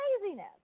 craziness